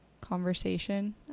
conversation